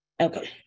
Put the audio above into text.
Okay